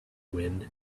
wind